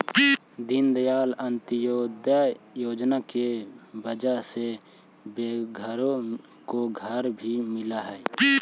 दीनदयाल अंत्योदय योजना की वजह से बेघरों को घर भी मिललई हे